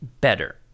better